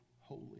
holy